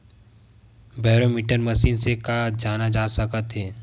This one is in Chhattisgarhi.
बैरोमीटर मशीन से का जाना जा सकत हे?